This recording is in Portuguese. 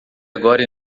agora